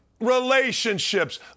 Relationships